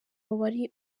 wari